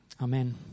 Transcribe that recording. amen